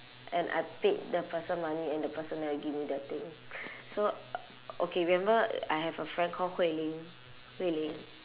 and I paid the person money and the person never give me the thing so okay remember I have a friend call hui ling